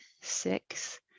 six